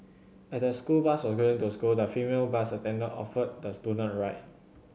as the school bus was going to the school the female bus attendant offered the student a ride